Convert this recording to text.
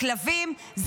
זה מוות לכלבים,